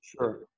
sure